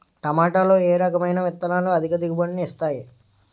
టమాటాలో ఏ రకమైన విత్తనాలు అధిక దిగుబడిని ఇస్తాయి